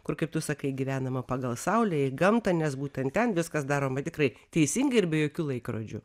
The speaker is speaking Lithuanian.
kur kaip tu sakai gyvenama pagal saulę ir gamtą nes būtent ten viskas daroma tikrai teisingai ir be jokių laikrodžių